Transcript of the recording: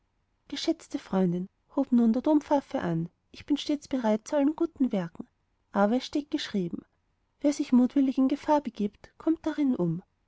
geschätzte freundin hob nun der dompfaffe an ich bin stets bereit zu allen guten werken aber es steht geschrieben wer sich mutwillig in gefahr begibt kommt darinnen um